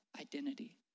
identity